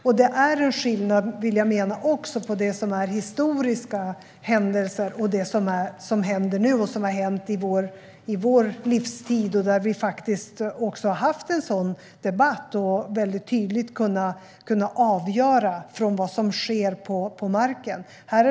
Jag vill även mena att det är en skillnad mellan historiska händelser och det som händer nu och har hänt under vår livstid, där vi faktiskt också haft en debatt och väldigt tydligt kunnat avgöra vad som sker på marken.